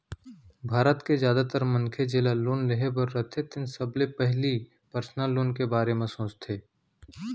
भारत के जादातर मनखे जेला लोन लेहे बर रथे तेन सबले पहिली पर्सनल लोन के बारे म सोचथे